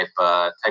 type